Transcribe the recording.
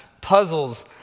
puzzles